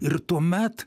ir tuomet